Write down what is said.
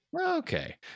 Okay